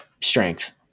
strength